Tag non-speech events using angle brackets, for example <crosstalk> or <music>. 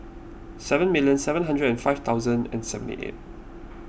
<noise> seven million seven hundred and five thousand and seventy eight